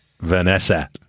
Vanessa